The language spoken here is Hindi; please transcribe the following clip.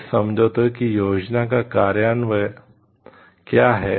इस समझौते की योजना का कार्यान्वयन क्या है